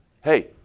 hey